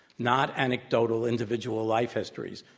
not anecdotal individual life histories,